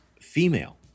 female